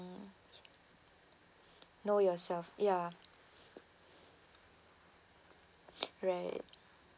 know yourself ya right